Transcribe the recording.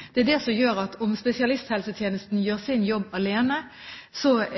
bare er ett ledd i kjeden som må være på plass; alle ledd i kjeden må være på plass. Om spesialisthelsetjenesten gjør sin jobb alene,